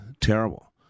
terrible